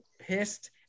pissed